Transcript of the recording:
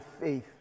faith